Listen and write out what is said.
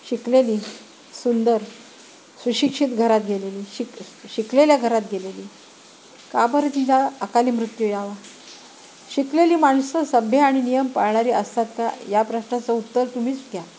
शिकलेली सुंदर सुशिक्षित घरात गेलेली शिक शिकलेल्या घरात गेलेली का बर तिला अकाली मृत्यू यावा शिकलेली माणसं सभ्य आणि नियम पाळणारी असतात का या प्रश्नाचं उत्तर तुम्हीच घ्या